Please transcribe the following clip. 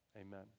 amen